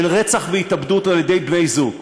של רצח והתאבדות על-ידי בני-זוג,